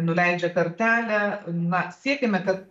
nuleidžia kartelę na siekiame kad